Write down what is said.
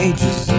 Ages